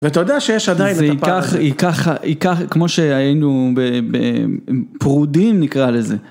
ואתה יודע שיש עדיין ככה היא ככה היא ככה כמו שהיינו פרודים נקרא לזה.